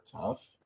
tough